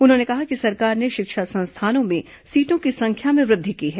उन्होंने कहा कि सरकार ने शिक्षा संस्थानों में सीटों की संख्या में वृद्धि की है